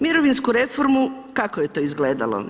Mirovinsku reformu kako je to izgledalo?